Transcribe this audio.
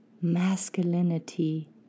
masculinity